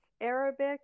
Arabic